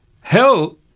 hell